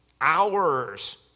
hours